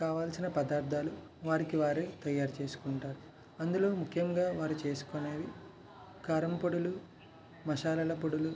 కావలసిన పదార్థాలు వారికి వారు తాయారు చేసుకుంటారు అందులో ముఖ్యంగా వారు చేసుకునేవి కారంపొడులు మసాలాల పొడులు